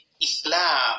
Islam